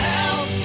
Help